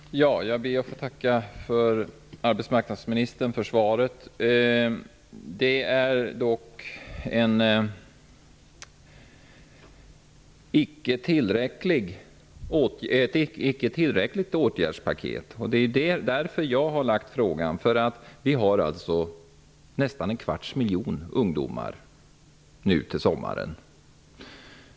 Herr talman! Jag ber att få tacka arbetsmarknadsministern för svaret. Åtgärdspaketet är dock inte tillräckligt. Därför har jag ställt frågan. Det finns nästan en kvarts miljon arbetslösa ungdomar till sommaren.